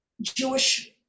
Jewish